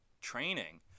training